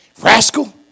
Rascal